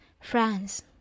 France